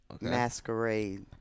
Masquerade